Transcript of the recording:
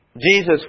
Jesus